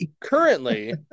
currently